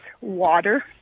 water